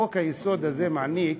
חוק-היסוד הזה מעניק